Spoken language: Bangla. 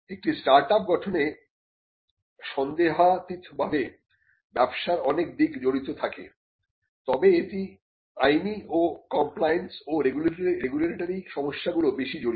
একটি স্টার্টআপ গঠনে সন্দেহাতীতভাবে ব্যবসার অনেক দিক জড়িত থাকে তবে এতে আইনি ও কমপ্লায়েন্স ও রেগুলেটরি সমস্যাগুলো বেশী জড়িত